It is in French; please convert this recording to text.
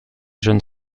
jeune